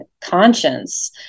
conscience